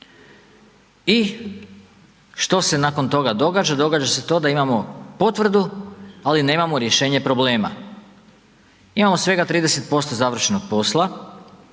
i što se nakon toga događa? Događa se to da imamo potvrdu, ali nemamo rješenje problema. Imamo svega 30% završenog posla,